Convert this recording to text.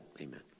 amen